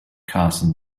carson